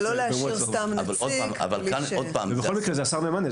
אבל לא להשאיר סתם נציג --- בכל מקרה זה השר ממנה.